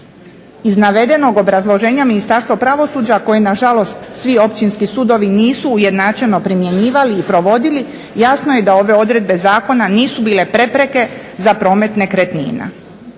Iz navedenog obrazloženja Ministarstvo pravosuđa koje nažalost svi općinski sudovi nisu ujednačeno primjenjivali i provodili jasno je da ove odredbe zakona nisu bile prepreke za promet nekretnina.